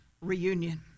reunion